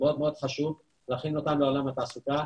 מאוד מאוד חשוב להכין אותם לעולם התעסוקה.